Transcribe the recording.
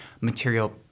material